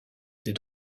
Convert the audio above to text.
des